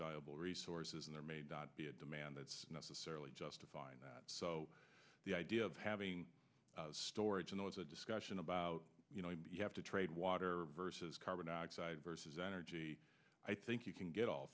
valuable resources and there may be a demand that's necessarily justifying that so the idea of having storage and it is a discussion about you have to trade water versus carbon dioxide versus energy i think you can get all